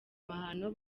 mahano